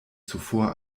zuvor